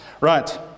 Right